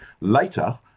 Later